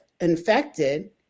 infected